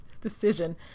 decision